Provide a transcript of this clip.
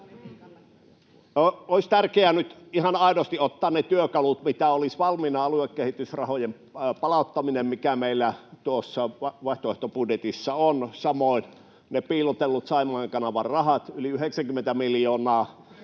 Olisi tärkeätä nyt ihan aidosti ottaa ne työkalut, mitä olisi valmiina — aluekehitysrahojen palauttaminen, mikä meillä tuossa vaihtoehtobudjetissa on, ja samoin ne piilotellut Saimaan kanavan rahat, yli 90 miljoonaa